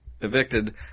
evicted